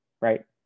right